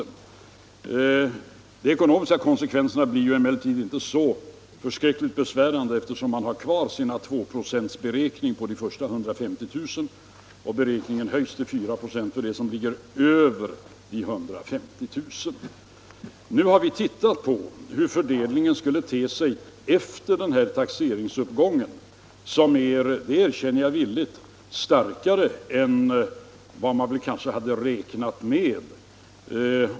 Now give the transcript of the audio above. De ekonomiska konsekvenserna blir emellertid inte så förskräckligt besvärande, eftersom man har kvar 2-procentsberäkningen på de första 150 000 kronorna. Procentsatsen höjs sedan till 4 96 för det som ligger över denna gräns. Vi har undersökt hur fördelningen skulle te sig efter den företagna uppräkningen av taxeringsvärdena, vilken är — det erkänner jag villigt — starkare än vad man kanske hade räknat med.